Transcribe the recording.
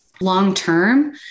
Long-term